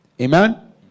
Amen